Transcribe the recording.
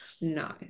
No